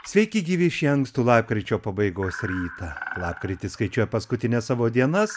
sveiki gyvi šį ankstų lapkričio pabaigos rytą lapkritis skaičiuoja paskutines savo dienas